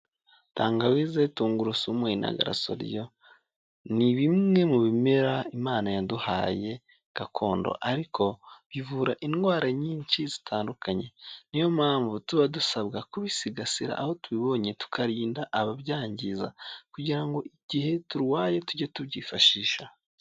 Tangawize, tungurusumu, intagarasoryo ni bimwe mu bimera Imana yaduhaye gakondo ariko bivura indwara nyinshi zitandukanye; niyo mpamvu tuba dusabwa kubisigasira aho tubibonye tukarinda ababyangiza kugira ngo igihe turwaye tujye tubyifashisha.